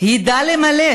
ידע למלא.